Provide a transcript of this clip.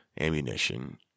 ammunition